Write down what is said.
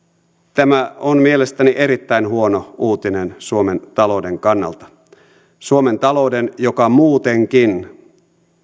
tämä on mielestäni erittäin huono uutinen suomen talouden kannalta suomen talouden joka muutenkin